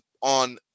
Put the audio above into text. on